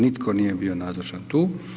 Nitko nije bio nazočan tu.